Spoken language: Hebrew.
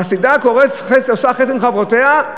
חסידה עושה חסד עם חברותיה,